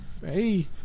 Hey